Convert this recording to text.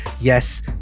Yes